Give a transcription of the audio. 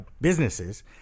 businesses